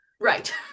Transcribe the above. Right